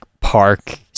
park